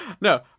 No